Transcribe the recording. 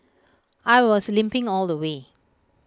I was limping all the way